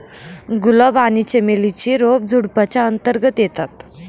गुलाब आणि चमेली ची रोप झुडुपाच्या अंतर्गत येतात